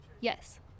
Yes